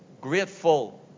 grateful